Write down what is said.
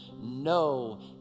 No